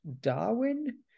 Darwin